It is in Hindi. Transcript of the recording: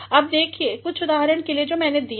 अब देखिए कुछ उद्दहरणों को जो मैंने दिए हैं